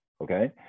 okay